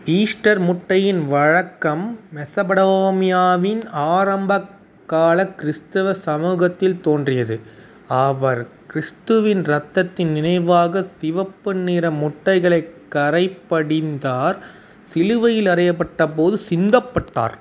Easter முட்டையின் வழக்கம் மெசபடோமியாவின் ஆரம்பகால கிறிஸ்தவ சமூகத்தில் தோன்றியது அவர் கிறிஸ்துவின் ரத்தத்தின் நினைவாக சிவப்பு நிற முட்டைகளை கறைபடிந்தார் சிலுவையில் அறையப்பட்டபோது சிந்தப்பட்டார்